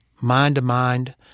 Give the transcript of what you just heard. mind-to-mind